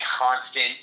constant